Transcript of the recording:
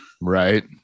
right